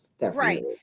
Right